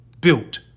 Built